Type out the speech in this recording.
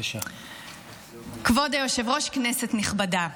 כבוד היושב-ראש, כנסת נכבדה,